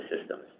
systems